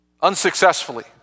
unsuccessfully